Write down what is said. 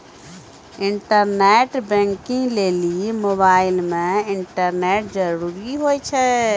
internet banking लेली mobile मे internet जरूरी हुवै छै